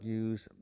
use